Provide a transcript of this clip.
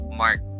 mark